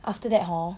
after that hor